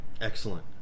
Excellent